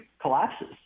collapses